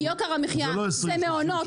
כי יוקר המחיה זה מעונות,